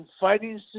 fighting